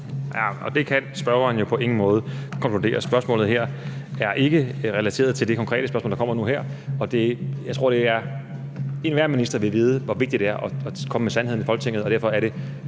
Det kan spørgeren jo på ingen måde konkludere. Spørgsmålet er ikke relateret til det konkrete spørgsmål, der kommer nu her, og jeg tror, enhver minister vil vide, hvor vigtigt det er at komme med sandheden i Folketinget, og derfor er det,